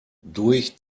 durch